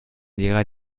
lehrer